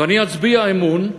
ואני אצביע אמון,